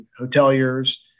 hoteliers